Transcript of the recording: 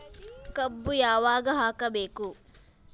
ಕಬ್ಬು ಯಾವಾಗ ಹಾಕಬೇಕು?